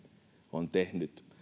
on tehnyt